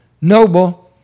noble